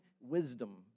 Wisdom